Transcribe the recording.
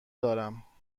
دارم